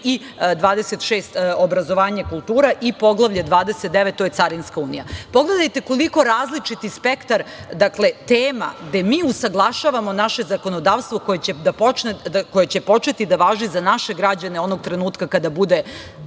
i 26 – obrazovanje i kultura i Poglavlje 29 – Carinska unija. Pogledajte koliko različiti spektar tema gde mi usaglašavamo naše zakonodavstvo koje će početi da važi za naše građane onog trenutka kada budu